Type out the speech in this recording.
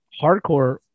hardcore